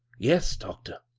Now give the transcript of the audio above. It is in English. yes, doctor,